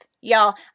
Y'all